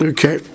Okay